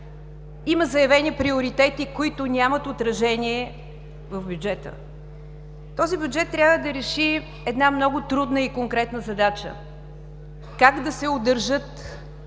Има заявени приоритети, които нямат отражение в бюджета. Този бюджет трябва да реши една много трудна и конкретна задача: как да се удържат